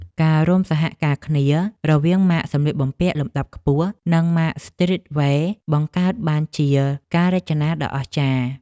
ការរួមសហការគ្នារវាងម៉ាកសម្លៀកបំពាក់លំដាប់ខ្ពស់ និងម៉ាកស្ទ្រីតវែរបង្កើតបានជាការរចនាដ៏អស្ចារ្យ។